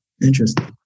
interesting